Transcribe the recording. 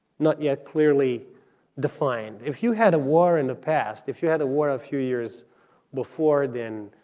not yet clearly defined. if you had a war in the past, if you had a war a few years before then,